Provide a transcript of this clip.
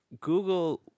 Google